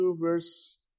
verse